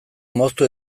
moztu